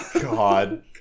God